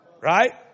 Right